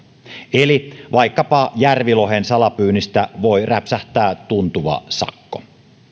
eli vaikkapa järvilohen salapyynnistä voi räpsähtää tuntuva sakko